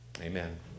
Amen